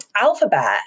Alphabet